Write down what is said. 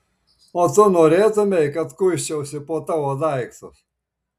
o tu norėtumei kad kuisčiausi po tavo daiktus